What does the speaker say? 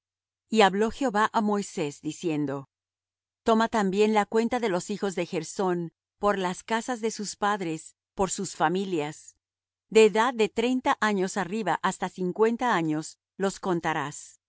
y habló jehová á moisés diciendo toma también la cuenta de los hijos de gersón por las casas de sus padres por sus familias de edad de treinta años arriba hasta cincuenta años los contarás